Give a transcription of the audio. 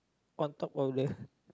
on top of the